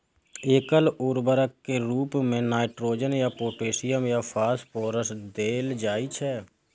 एकल उर्वरक के रूप मे नाइट्रोजन या पोटेशियम या फास्फोरस देल जाइ छै